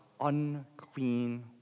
unclean